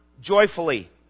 joyfully